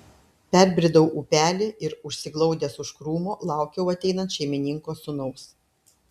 perbridau upelį ir užsiglaudęs už krūmo laukiau ateinant šeimininko sūnaus